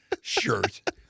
shirt